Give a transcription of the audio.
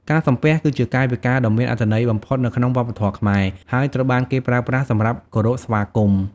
ការសំពះ គឺជាកាយវិការដ៏មានអត្ថន័យបំផុតនៅក្នុងវប្បធម៌ខ្មែរ ហើយត្រូវបានគេប្រើប្រាស់សម្រាប់គោរពឬស្វាគមន៍។